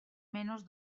menos